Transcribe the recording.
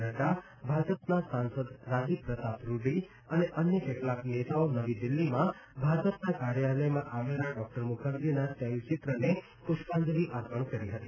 નક્રા ભાજપના સાંસદ રાજીવ પ્રતાપ રૂડી અને અન્ય કેટલાય નેતાઓ નવી દિલ્હીમાં ભાજપના કાર્યાલયમાં આવેલા ડોક્ટર મુખર્જીના તૈલચિત્રને પુષ્પાંજલી અર્પણ કરી હતી